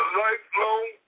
lifelong